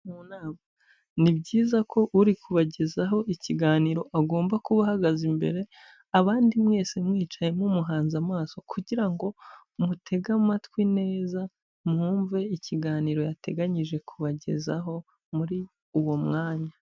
Mu nama, ni byiza ko uri kubagezaho ikiganiro agomba kuba ahagaze imbere, abandi mwese mwicaye mumuhanze amaso kugira ngo mutege amatwi neza mwumve ikiganiro yateganyije kubagezaho muri uwo mwanya.